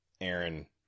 Aaron